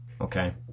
okay